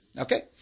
Okay